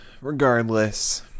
regardless